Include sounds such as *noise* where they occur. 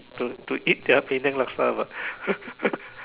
to to eat their Penang Laksa *laughs*